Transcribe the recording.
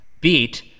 beat